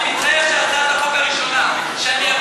אני מתחייב שהצעת החוק הראשונה שאני אביא